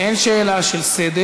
אין שאלה של סדר.